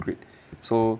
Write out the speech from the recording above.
grade so